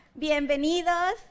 Bienvenidos